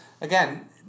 Again